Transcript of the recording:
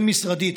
בין-משרדית,